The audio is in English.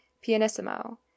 pianissimo